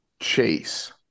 Chase